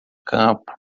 campo